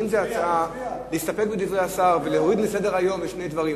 אם אתה מציע להסתפק בדברי השר, זה משהו אחר.